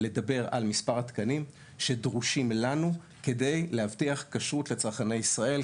לדבר על מספר התקנים שדרושים לנו כדי להבטיח כשרות לצרכני ישראל,